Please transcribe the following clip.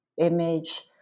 image